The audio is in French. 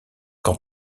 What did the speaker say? qu’en